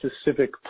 specific